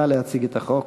נא להציג את החוק.